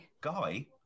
Guy